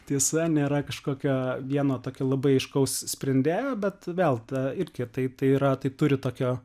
tiesa nėra kažkokio vieno tokio labai aiškaus sprendėjo bet vėl ta irgi tai tai yra tai turi tokio